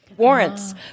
Warrants